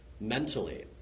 mentally